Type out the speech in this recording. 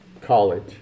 college